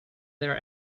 their